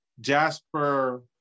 Jasper